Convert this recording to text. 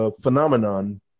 phenomenon